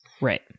Right